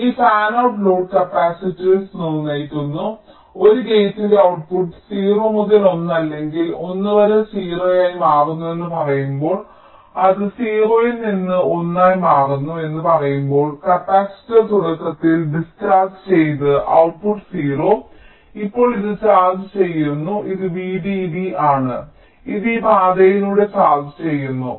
അതിനാൽ ഈ fanout load capacitance നിർണ്ണയിക്കുന്നു ഒരു ഗേറ്റിന്റെ ഔട്ട്പുട്ട് 0 മുതൽ 1 അല്ലെങ്കിൽ 1 വരെ 0 ആയി മാറുന്നുവെന്ന് പറയുമ്പോൾ അത് 0 ൽ നിന്ന് 1 ആയി മാറുന്നു എന്ന് പറയുമ്പോൾ കപ്പാസിറ്റർ തുടക്കത്തിൽ ഡിസ്ചാർജ് ചെയ്തു ഔട്ട്പുട്ട് 0 ഇപ്പോൾ ഇത് ചാർജ് ചെയ്യുന്നു ഇത് VDD ആണ് ഇത് ഈ പാതയിലൂടെ ചാർജ് ചെയ്യുന്നു